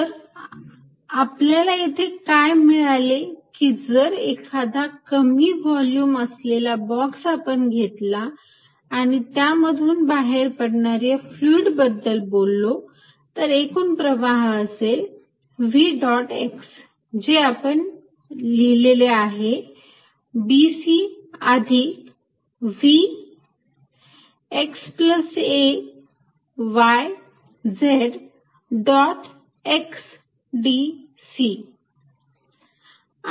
तर आपल्याला येथे काय मिळाले की जर एखादा कमी व्हॉल्युम असलेला बॉक्स आपण घेतला आणि त्यामधून बाहेर पडणाऱ्या फ्लुईड बद्दल बोललो तर एकूण प्रवाह असेल v डॉट x जे आपण लिहिलेले आहे b c अधिक v xa y z dot x d c